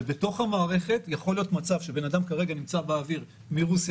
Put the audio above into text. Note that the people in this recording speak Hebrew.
בתוך המערכת יכול להיות מצב שבן אדם כרגע נמצא באוויר מרוסיה